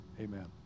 Amen